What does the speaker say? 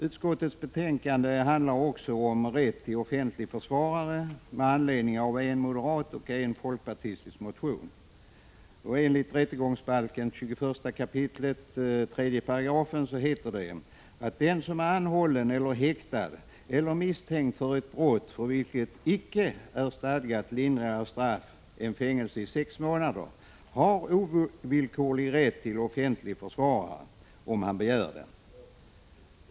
Utskottets betänkande handlar också om rätten till offentlig försvarare med anledning av en moderatoch en folkpartimotion. Enligt rättegångsbalken 21 kap. 3 § har den som är anhållen eller häktad eller misstänkt för ett brott för vilket icke är stadgat lindrigare straff än fängelse i sex månader ovillkorlig rätt till offentlig försvarare, om han begär det.